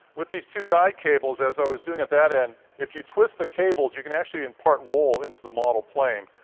with these two guide cables, as i was doing at that end, if you twist the cables, you can actually impart roll into the model plane.